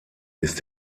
ist